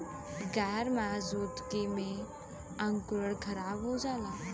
गैर मौजूदगी में अंकुरण खराब हो जाला